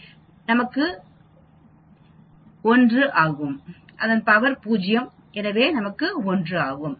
என்பது 1 ஆகும் மற்றும் பவர் 0 என்பது 1 ஆகும்